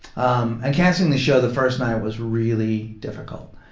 um and cancelling the show the first night was really difficult.